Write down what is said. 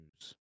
news